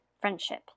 friendship